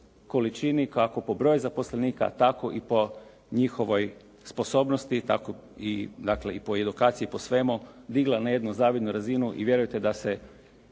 kako po broju zaposlenika, tako i po njihovoj sposobnosti, tako i dakle po edukaciji i po svemu digla na jednu zavidnu razinu i vjerujte da se